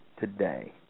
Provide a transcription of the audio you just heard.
today